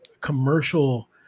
commercial